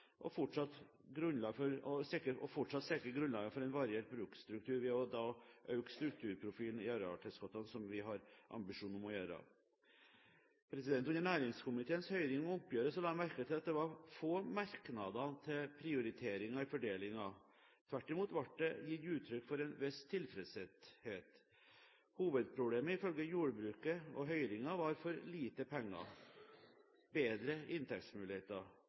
og fortsatt sikre grunnlaget for en variert bruksstruktur ved å øke strukturprofilen i arealtilskuddene, som vi har ambisjoner om å gjøre. Under næringskomiteens høring om oppgjøret, la jeg merke til at det var få merknader til prioriteringene i fordelingen, tvert imot ble det gitt uttrykk for en viss tilfredshet. Hovedproblemet, ifølge jordbruket og høringen, var for lite penger – bedre inntektsmuligheter.